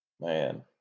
man